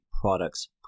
products